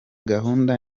gahunda